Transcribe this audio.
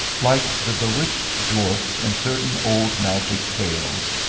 like the bewitched dwarfs in certain old magic tales,